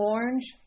Orange